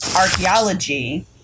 archaeology